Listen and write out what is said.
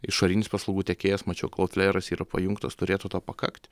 išorinis paslaugų tiekėjas mačiau kolt lėjeras yra pajungtas turėtų to pakakt